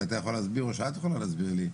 אולי אתה יכול להסביר או שאת יכולה להסביר לי?